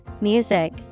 music